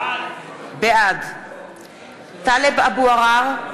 בעד טלב אבו עראר,